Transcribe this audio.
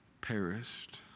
perished